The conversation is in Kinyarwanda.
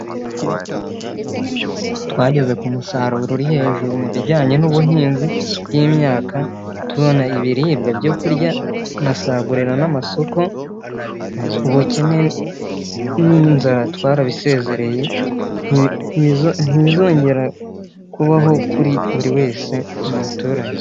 Twageze ku musaruro uri hejuru mu bijyanye n'ubuhinzi bw'imyaka, tubona ibiribwa byo kurya, tunasagurira n'amasoko, ubukene n'inzara twarabisezereye, ntibizongera kubaho kuri buri wese mu baturage.